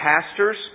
pastors